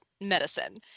medicine